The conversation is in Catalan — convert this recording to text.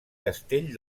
castell